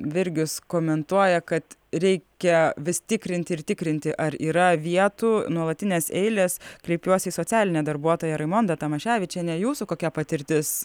virgis komentuoja kad reikia vis tikrinti ir tikrinti ar yra vietų nuolatinės eilės kreipiuosi į socialinę darbuotoją raimondą tamaševičienę jūsų kokia patirtis